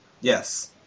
Yes